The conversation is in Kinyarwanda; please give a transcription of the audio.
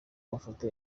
mafoto